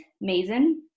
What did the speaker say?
Mason